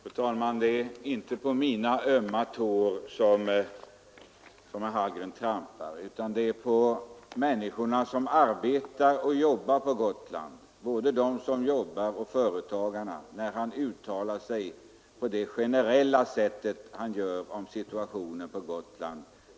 Fru talman! Det är inte på mina ömma tår som herr Hallgren trampar. Det är på de arbetande människorna på Gotland, både anställda och företagare, som han trampar när han uttalar sig så generellt som han gör om situationen på Gotland.